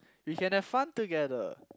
we can have fun together